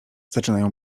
zaczynają